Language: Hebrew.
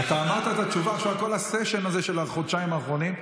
אתה אמרת את התשובה עכשיו לכל הסשן הזה של החודשיים האחרונים.